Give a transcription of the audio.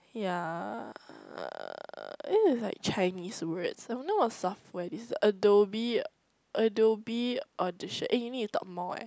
ya uh this is like Chinese words I don't know of software Ado~ Adobe Adobe edition eh you need to talk more eh